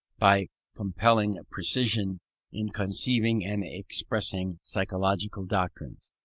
by compelling precision in conceiving and expressing psychological doctrines,